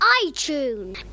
iTunes